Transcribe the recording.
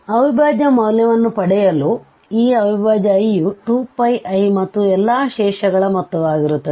ಅವಿಬಾಜ್ಯ ಮೌಲ್ಯವನ್ನು ಪಡೆಯಲು ಅವಿಭಾಜ್ಯIಯು 2πi ಮತ್ತು ಎಲ್ಲಾ ಶೇಷಗಳ ಮೊತ್ತವಾಗಿರುತ್ತದೆ